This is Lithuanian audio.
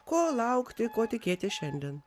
ko laukti ko tikėtis šiandien